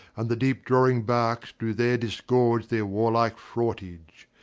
and the deep-drawing barks do there disgorge their war-like fraughtage.